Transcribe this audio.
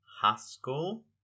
Haskell